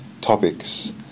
topics